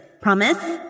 Promise